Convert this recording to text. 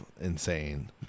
insane